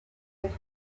toile